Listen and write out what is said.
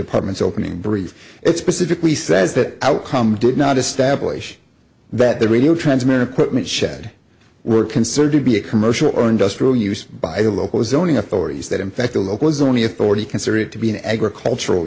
department's opening brief it specifically says that outcome did not establish that the radio transmitter equipment shed were considered to be a commercial or industrial use by the local zoning authorities that in fact the locals only authority consider it to be an agricultural